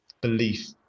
belief